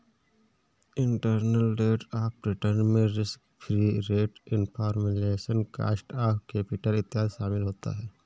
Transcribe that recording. internal rate of return में risk free rate, inflation, cost of capital इत्यादि शामिल होता है